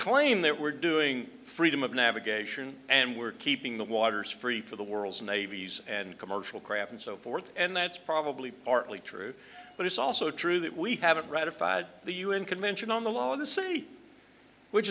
that we're doing freedom of navigation and we're keeping the waters free for the world's navies and commercial craft and so forth and that's probably partly true but it's also true that we haven't ratified the un convention on the law of the sea which